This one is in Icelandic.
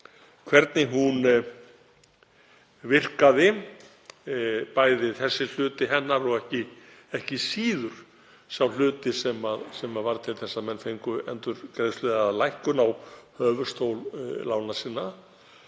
áðan, virkaði. Bæði þessi hluti hennar og ekki síður sá hluti sem varð til þess að menn fengu endurgreiðslu eða lækkun á höfuðstóli lána sinna